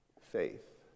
faith